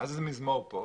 מה זה מזמור כאן?